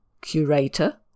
curator